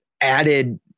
added